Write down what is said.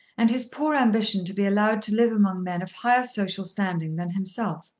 and his poor ambition to be allowed to live among men of higher social standing than himself.